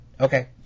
Okay